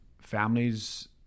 families